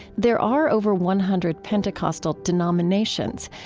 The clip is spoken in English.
there are over one hundred pentecostal denominations,